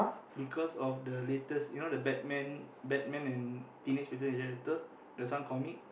because of the latest you know the Batman Batman and Teenage-Mutant-Ninja-Turtle there's some comic